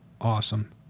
Awesome